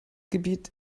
gebiet